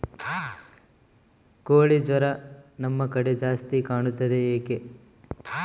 ಕೋಳಿ ಜ್ವರ ನಮ್ಮ ಕಡೆ ಜಾಸ್ತಿ ಕಾಣುತ್ತದೆ ಏಕೆ?